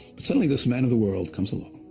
but suddenly, this man of the world comes along,